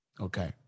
Okay